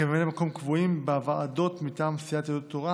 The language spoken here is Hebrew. כממלאי מקום קבועים בוועדות מטעם סיעת יהדות התורה,